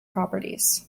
properties